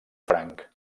franc